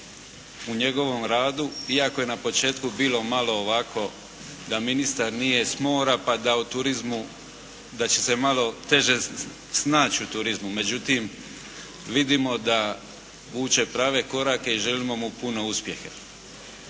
u njegovom radu, iako je na početku bilo malo ovako da ministar nije s mora pa da o turizmu, da će se malo teže snaći u turizmu. Međutim vidimo da vuče prave korake i želimo mu puno uspjeha.